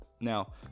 Now